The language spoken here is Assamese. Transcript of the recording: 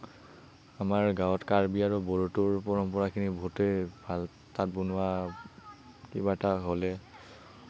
আমাৰ গাৱঁত কাৰ্বি আৰু বড়োটোৰ পৰম্পৰাখিনি বহুতেই ভাল তাত বনোৱা কিবা এটা হ'লে